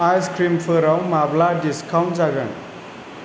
आइसक्रिमफोराव माब्ला डिसकाउन्ट जागोन